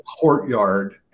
courtyard